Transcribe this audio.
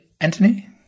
Anthony